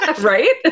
Right